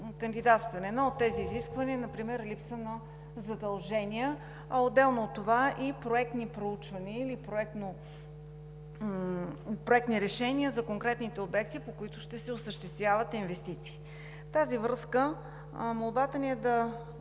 кандидатстване. Едно от тези изисквания е например липса на задължения, а отделно от това и проектни проучвания или проектни решения за конкретните обекти, по които ще се осъществяват инвестиции. В тази връзка молбата ми е да